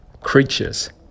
creatures